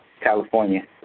California